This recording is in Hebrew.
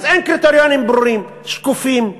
אז אין קריטריונים ברורים, שקופים,